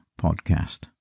podcast